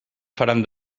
faran